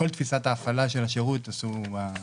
כל תפיסת ההפעלה של השירות, עשו בה שינוי.